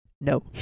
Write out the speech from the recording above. no